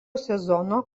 sezono